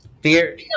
fear